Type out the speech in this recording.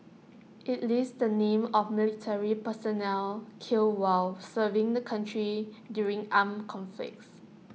IT lists the names of military personnel killed while serving the country during armed conflicts